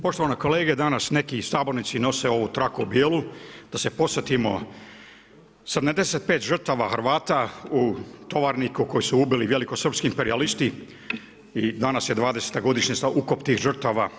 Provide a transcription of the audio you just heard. Poštovane kolege, danas neki sabornici nose ovu traku bijelu, da se podsjetimo 75 žrtava Hrvata u Tovarniku koje su ubili velikosrpski imperijalisti i danas je dvadeseta godišnjica i ukop tih žrtava.